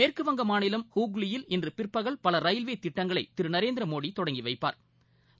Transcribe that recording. மேற்குவங்க மாநிலம் ஹூக்ளியில் இன்று பிற்பகல் பல ரயில்வே திட்டங்களை திரு நரேந்திரமோடி தொடங்கி வைப்பாா்